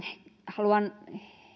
haluan